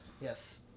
Yes